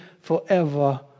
forever